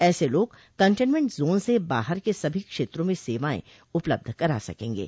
ऐसे लोग containment zone से बाहर के सभी क्षेत्रों में सेवाएं उपलब्ध करा सकेंगे